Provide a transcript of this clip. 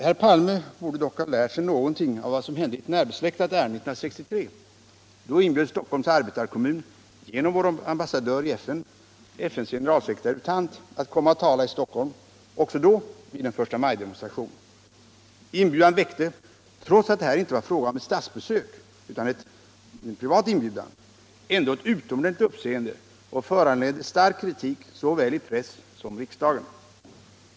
Herr Palme borde dock ha lärt sig någonting av vad som hände i ett närbesläktat ärende 1963. Då inbjöd Stockholms arbetarekommun genom vår ambassadör i FN FN:s generalsekreterare U Thant att komma och tala i Stockholm, också vid en förstamajdemonstration. Inbjudan väckte, trots att det inte var fråga om ett statsbesök utan en privat inbjudan, ett utomordentligt uppseende och föranledde stark kritik såväl i press som i riksdagen.